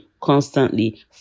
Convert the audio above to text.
constantly